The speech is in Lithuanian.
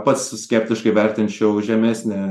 pats skeptiškai vertinčiau žemesnę